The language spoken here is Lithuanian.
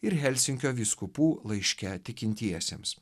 ir helsinkio vyskupų laiške tikintiesiems